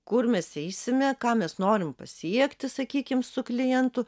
kur mes eisime ką mes norim pasiekti sakykim su klientu